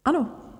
Ano.